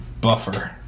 buffer